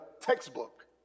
textbook